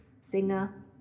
singer